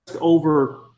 over